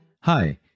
Hi